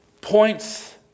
points